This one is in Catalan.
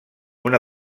una